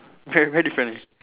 very very different leh